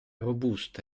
robusta